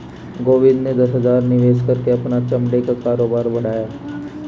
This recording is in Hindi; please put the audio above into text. गोविंद ने दस हजार निवेश करके अपना चमड़े का कारोबार बढ़ाया